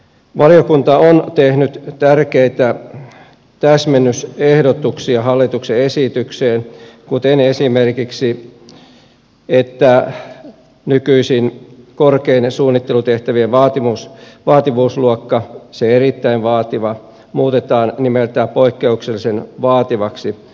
valiokunta on tehnyt tärkeitä täsmennysehdotuksia hallituksen esitykseen kuten esimerkiksi sen että nykyisin korkein suunnittelutehtävien vaativuusluokka se erittäin vaativa muutetaan nimeltään poikkeuksellisen vaativaksi